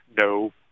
No